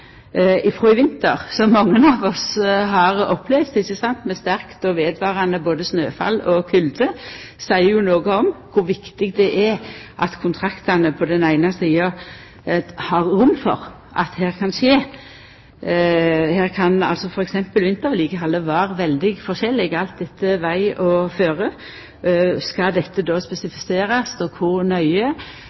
i vinter, som mange av oss har opplevd, med sterkt og vedvarande snøfall og kulde, seier noko om kor viktig det er at kontraktane har rom for at f.eks. vintervedlikehaldet kan vere veldig forskjellig alt etter veg og føre, om dette då skal spesifiserast og kor nøye,